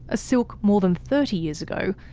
a silk more than thirty years ago,